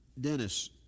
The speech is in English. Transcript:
Dennis